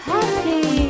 Happy